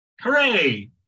hooray